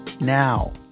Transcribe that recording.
now